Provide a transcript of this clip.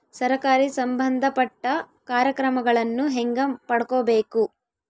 ಸರಕಾರಿ ಸಂಬಂಧಪಟ್ಟ ಕಾರ್ಯಕ್ರಮಗಳನ್ನು ಹೆಂಗ ಪಡ್ಕೊಬೇಕು?